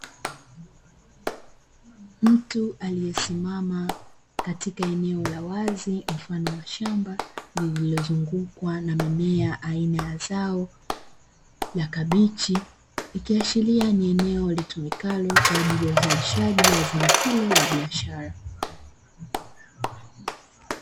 Mtu aliyesimama katika eneo la wazi mfano wa shamba lililozungukwa na mimea aina ya zao la kabichi, likiashiria ni eneo litumikalo kwa ajili ya uzalishaji wa zai hilo la biashara.